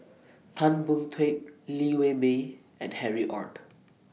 Tan Boon Teik Liew Wee Mee and Harry ORD